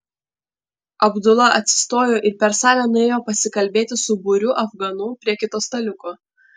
abdula atsistojo ir per salę nuėjo pasikalbėti su būriu afganų prie kito staliuko